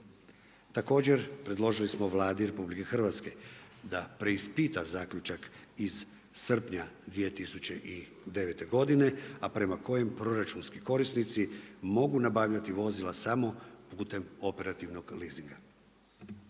Također predložili smo Vladi RH da preispita zaključak iz srpnja 2009. godine, a prema kojem proračunski korisnici mogu nabavljati vozila samo putem operativnog leasinga.